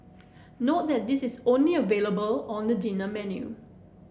note that this is only available on the dinner menu